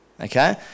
Okay